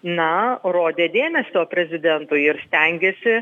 na rodė dėmesio prezidentui ir stengėsi